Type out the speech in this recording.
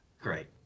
Great